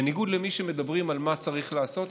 בניגוד למי שמדברים על מה צריך לעשות,